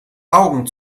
augen